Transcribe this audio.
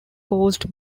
caused